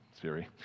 Siri